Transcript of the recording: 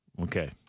Okay